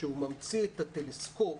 שהוא ממציא את הטלסקופ,